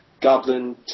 Goblin